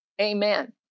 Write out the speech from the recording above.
Amen